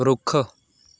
ਰੁੱਖ